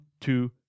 two